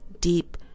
deep